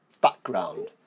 background